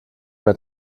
mehr